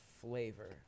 flavor